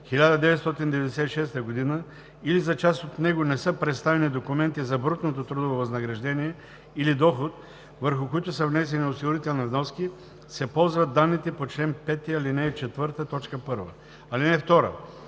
1996 г. или за част от него не са представени документи за брутно трудово възнаграждение или доход, върху които са внесени осигурителни вноски, се ползват данните по чл. 5, ал. 4, т. 1. (2)